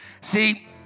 See